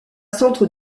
centre